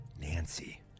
Nancy